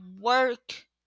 work